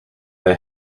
they